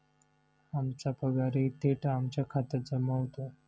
आमचा पगारही थेट आमच्या खात्यात जमा होतो